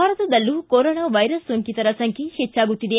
ಭಾರತದಲ್ಲೂ corona virus ಸೋಂಕಿತರ ಸಂಬ್ಯೆ ಹೆಚ್ಚಾಗುತ್ತಿದೆ